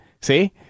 See